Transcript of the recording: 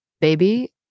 baby